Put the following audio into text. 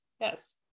yes